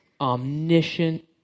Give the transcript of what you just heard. omniscient